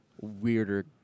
weirder